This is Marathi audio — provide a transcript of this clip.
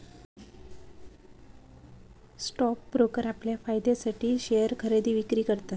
स्टॉक ब्रोकर आपल्या फायद्यासाठी शेयर खरेदी विक्री करतत